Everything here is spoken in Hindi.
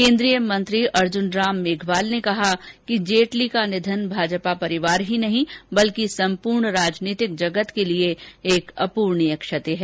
केन्द्रीय मंत्री अर्जुनराम मेघवाल ने कहा कि जेटली को निधन भाजपा परिवार ही नहीं बल्कि सम्पूर्ण राजनीतिक जगत के लिए एक अप्रणीय क्षति है